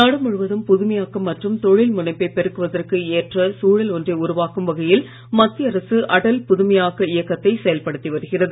நாடு முழுவதும் புதுமையாக்கம் மற்றும் தொழில் முனைப்பை பெருக்குவதற்கு ஏற்ப சூழல் ஒன்றை உருவாக்கும் வகையில் மத்திய அரசு அடல் புதுமையாக்க இயக்கத்தை செயல்படுத்தி வருகிறது